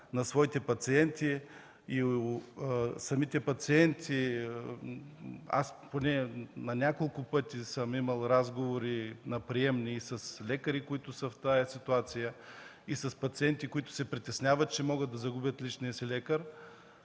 с доверието на своите пациенти. Аз поне на няколко пъти съм имал разговори в приемни с лекари, които са в тази ситуация, и с пациенти, които се притесняват, че могат да загубят личния си лекар.